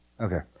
Okay